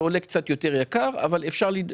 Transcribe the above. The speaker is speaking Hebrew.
הוא אמנם עולה קצת יותר יקר, אבל אפשר לבטח.